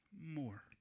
more